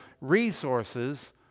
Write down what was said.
resources